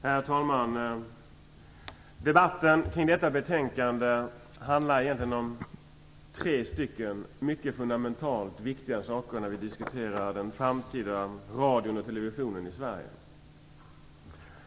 Herr talman! Debatten kring detta betänkande handlar egentligen om tre mycket fundamentala och viktiga saker när vi diskuterar den framtida radion och televisionen i Sverige.